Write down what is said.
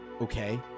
okay